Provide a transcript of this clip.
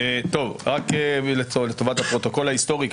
רק לטובת הפרוטוקול ההיסטורי,